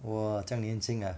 我这样年轻啊